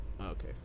Okay